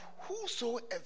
whosoever